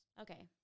Okay